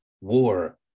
war